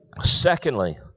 Secondly